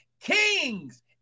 kings